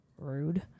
Rude